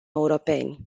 europeni